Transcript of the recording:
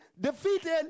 defeated